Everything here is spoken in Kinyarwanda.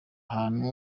ahantu